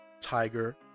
Tiger